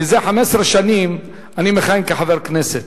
זה 15 שנים אני מכהן כחבר כנסת,